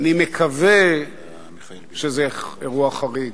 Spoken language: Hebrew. אני מקווה שזה אירוע חריג,